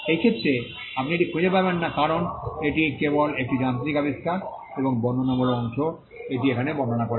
এই ক্ষেত্রে আপনি এটি খুঁজে পাবেন না কারণ এটি কেবল একটি যান্ত্রিক আবিষ্কার এবং বর্ণনামূলক অংশ এটি বর্ণনা করেছে